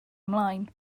ymlaen